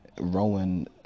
Rowan